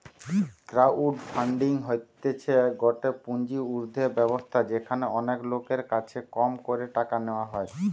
crowd funding হতিছে গটে পুঁজি উর্ধের ব্যবস্থা যেখানে অনেক লোকের কাছে কম করে টাকা নেওয়া হয়